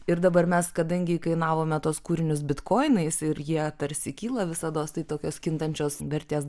ir dabar mes kadangi įkainavome tuos kūrinius bitkoinais ir jie tarsi kyla visados tai tokios kintančios vertės